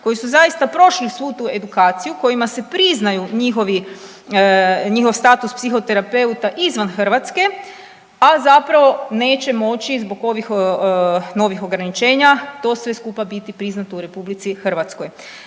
koji su zaista prošli svu tu edukaciju kojima se priznaju njihov status psihoterapeuta izvan Hrvatske, a zapravo neće moći zbog ovih novih ograničenja to sve skupa biti priznato u RH. Nema stavke koja